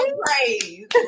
praise